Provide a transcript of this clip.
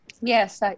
Yes